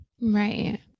Right